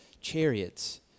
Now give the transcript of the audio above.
chariots